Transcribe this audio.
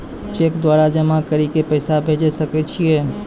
Cheque द्वारा जमा करि के पैसा भेजै सकय छियै?